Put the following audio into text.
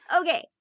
okay